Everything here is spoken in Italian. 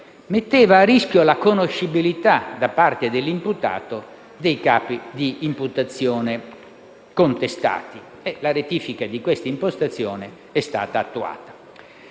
metteva a rischio la conoscibilità da parte dell'imputato dei capi di imputazione contestati e la rettifica di questa impostazione è stata attuata.